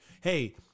hey